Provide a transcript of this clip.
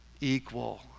equal